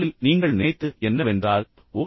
முதலில் நீங்கள் நினைத்தது என்னவென்றால் ஓ